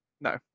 no